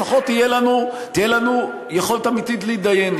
לפחות תהיה לנו יכולת אמיתית להתדיין,